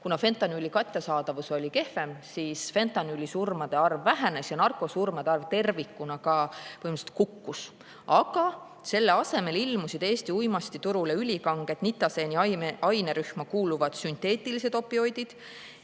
kuna fentanüüli kättesaadavus oli kehvem, fentanüülisurmade arv vähenes ja narkosurmade arv tervikuna kukkus. Aga selle asemel ilmusid Eesti uimastiturule ülikanged nitaseeni ainerühma kuuluvad sünteetilised opioidid